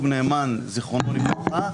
מה זה קשור?